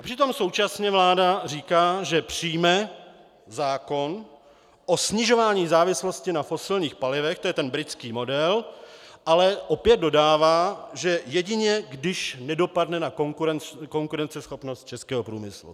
Přitom současně vláda říká, že přijme zákon o snižování závislosti na fosilních palivech, to je ten britský model, ale opět dodává, že jedině když nedopadne na konkurenceschopnost českého průmyslu.